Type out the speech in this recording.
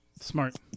smart